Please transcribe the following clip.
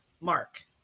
Mark